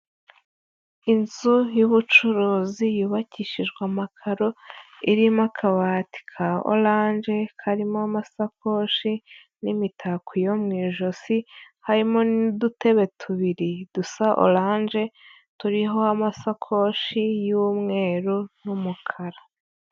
Inzu y'ubucuruzi yubakishijwe amakaro, irimo akabati ka oranje, karimo amasakoshi n'imitako yo mu ijosi, harimo n'udutebe tubiri dusa oranje turiho amasakoshi y'umweru n'umukara.